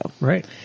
Right